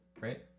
right